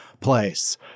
place